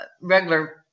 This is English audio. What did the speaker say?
regular